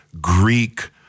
Greek